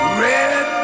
red